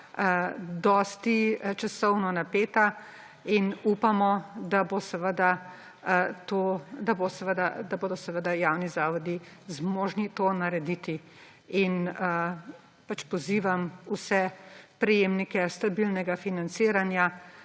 dosti časovno napeta in upamo, da bodo javni zavodi zmožni to narediti. Pozivam vse prejemnike stabilnega financiranja,